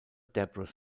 deborah